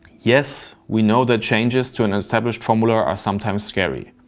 yes, we know that changes to an established formula are sometimes scary,